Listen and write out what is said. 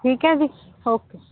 ਠੀਕ ਹੈ ਜੀ ਓਕੇ